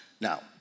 Now